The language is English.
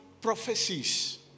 prophecies